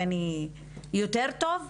יעני, יותר טוב?